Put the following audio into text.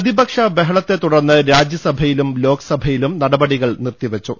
പ്രതിപക്ഷ ബഹളത്തെ തുടർന്ന് രാജ്യസഭയിലും ലോക്സഭയിലും നടപടികൾ നിർത്തിവെച്ചു